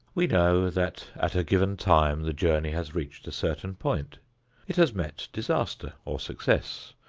we know that at a given time the journey has reached a certain point it has met disaster or success,